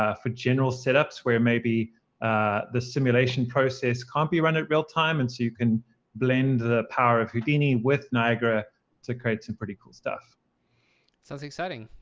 ah for general setups where maybe the simulation process can't be run at real-time. and so you can blend the power of houdini with niagara to create some pretty cool stuff. victor sounds exciting.